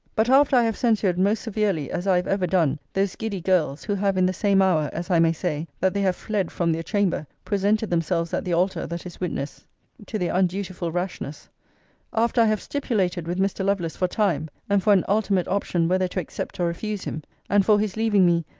but, after i have censured most severely, as i have ever done, those giddy girls, who have in the same hour, as i may say, that they have fled from their chamber, presented themselves at the altar that is witness to their undutiful rashness after i have stipulated with mr. lovelace for time, and for an ultimate option whether to accept or refuse him and for his leaving me,